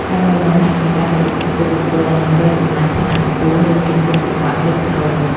ដើម្បីបង្ហាញពីការគោរព ចំពោះបុគ្គលដែលមានវ័យចំណាស់ ឋានៈខ្ពស់ ឬមានគុណសម្បត្តិលេចធ្លោ។